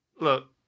Look